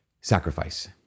Sacrifice